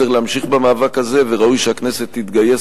צריך להמשיך במאבק הזה וראוי שהכנסת תתגייס